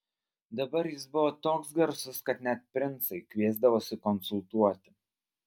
dabar jis buvo toks garsus kad net princai kviesdavosi konsultuoti